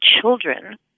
children